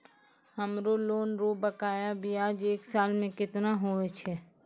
हमरो लोन रो बकाया ब्याज एक साल मे केतना हुवै छै?